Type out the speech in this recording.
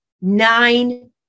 nine